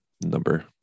number